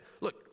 look